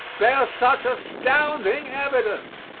bears such astounding evidence.